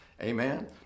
amen